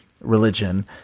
religion